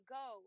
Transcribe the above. go